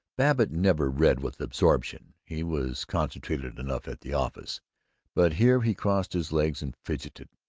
babbitt never read with absorption. he was concentrated enough at the office but here he crossed his legs and fidgeted.